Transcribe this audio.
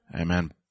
Amen